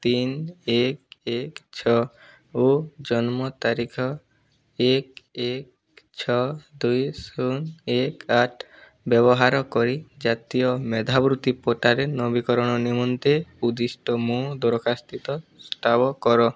ତିନି ଏକ୍ ଏକ୍ ଛଅ ଓ ଜନ୍ମ ତାରିଖ ଏକ୍ ଏକ୍ ଛଅ ଦୁଇ ଶୂନ ଏକ୍ ଆଠ୍ ବ୍ୟବହାର କରି ଜାତୀୟ ମେଧାବୃତ୍ତି ପୋର୍ଟାଲ୍ରେ ନବୀକରଣ ନିମନ୍ତେ ଉଦ୍ଧିଷ୍ଟ ମୋ ଦରଖାସ୍ଥିତ ଠାବ କର